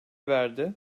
verdi